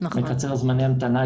מקצר זמני המתנה,